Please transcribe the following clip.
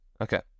Okay